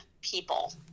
people